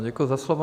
Děkuji za slovo.